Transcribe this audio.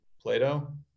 Plato